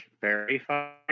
Verify